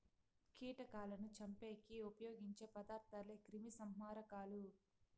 కీటకాలను చంపేకి ఉపయోగించే పదార్థాలే క్రిమిసంహారకాలు